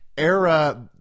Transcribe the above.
Era